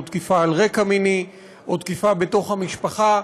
או תקיפה על רקע מיני, או תקיפה בתוך המשפחה.